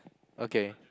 okay